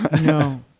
No